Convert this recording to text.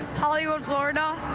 hollywood, florida.